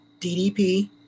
DDP